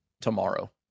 Tomorrow